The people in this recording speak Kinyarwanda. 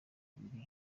ibiri